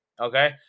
Okay